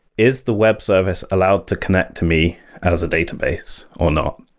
is the web service allowed to connect to me as a database or not?